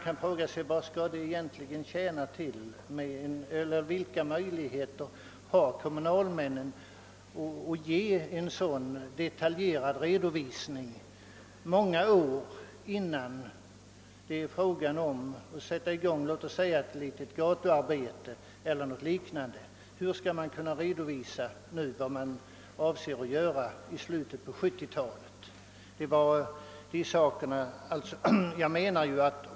Jag frågar mig vad det egentligen skall tjäna till och vilka möjligheter kommunalmännen har att lämna en detaljerad redovisning många år i förväg av låt oss säga gatuarbeten som skall utföras i slutet av 1970-talet.